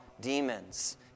demons